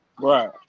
Right